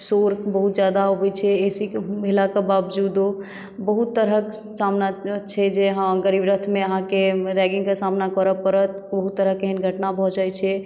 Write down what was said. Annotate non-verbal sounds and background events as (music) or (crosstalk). शोर बहुत जादा अबय छै ए सी भेलाके बावजूदो बहुत तरहक सामना छै जे हँ गरीब रथमे अहाँके (unintelligible) के सामना करऽ पड़त बहुत तरहक एहन घटना भऽ जाइ छै